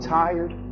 tired